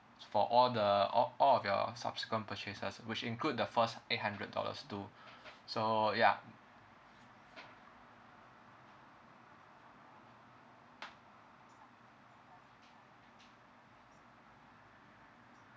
for all the all~ all of your subsequent purchases which include the first eight hundred dollars too so ya